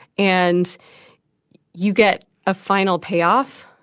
and you get a final payoff.